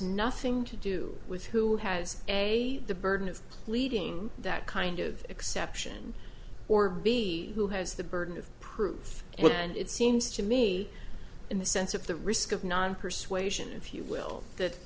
nothing to do with who has a the burden of pleading that kind of exception or b who has the burden of proof and it seems to me in the sense of the risk of non persuasion if you will that